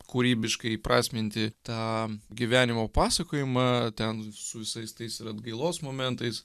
kūrybiškai įprasminti tą gyvenimo pasakojimą ten su visais tais ir atgailos momentais